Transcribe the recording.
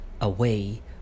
away